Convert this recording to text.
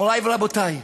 מורי ורבותי,